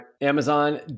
Amazon